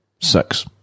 Six